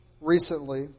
recently